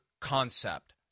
concept